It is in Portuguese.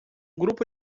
grupo